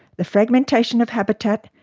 the fragmentation of habitat,